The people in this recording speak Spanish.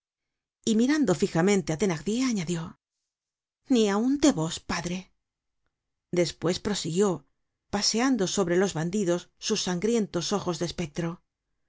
y mirando fijamente á thenardier añadió ni aun de vos padre despues prosiguió paseando sobre los bandidos sus sangrientos ojos de espectro